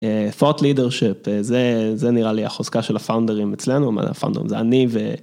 Thought leadership זה נראה לי החוזקה של הפאונדרים אצלנו, הפאונדרים זה אני ו